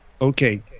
Okay